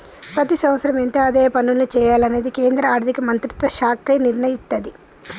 ప్రతి సంవత్సరం ఎంత ఆదాయ పన్నుల్ని వెయ్యాలనేది కేంద్ర ఆర్ధిక మంత్రిత్వ శాఖే నిర్ణయిత్తది